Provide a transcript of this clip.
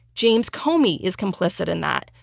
james comey is complicit in that,